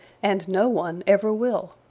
and no one ever will.